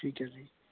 ठीक ऐ जी